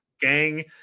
gang